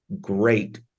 great